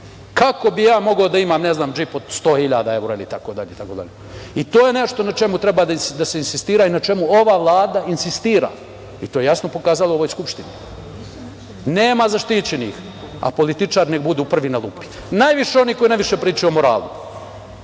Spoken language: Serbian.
Kako bih ja mogao da imam, ne znam, džip od 100 hiljada evra itd? To je nešto na čemu treba da se insistira i na čemu ova Vlada insistira, i to je jasno pokazala u ovoj Skupštini. Nema zaštićenih, a političari neka budu prvi na lupi, najviše oni koji najviše pričaju o moralu.